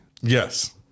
Yes